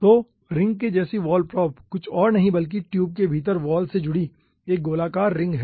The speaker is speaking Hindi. तो रिंग के जैसी वॉल प्रोब कुछ और नहीं बल्कि ट्यूब की भीतरी वॉल से जुड़ी एक गोलाकार रिंग है